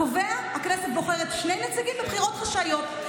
קובע: הכנסת בוחרת שני נציגים בבחירות חשאיות.